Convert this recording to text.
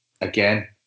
again